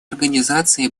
организацией